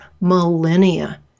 millennia